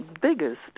biggest